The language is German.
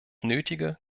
nötige